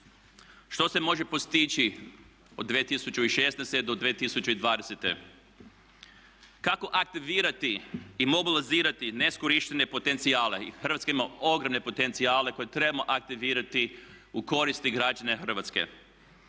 što se može postići od 2016. do 2020. Kako aktivirati i mobilizirati neiskorištene potencijale. Hrvatska ima ogromne potencijale koje trebamo aktivirati u koristi građana Hrvatske.